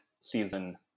season